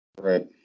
Right